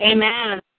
Amen